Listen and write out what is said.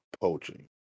poaching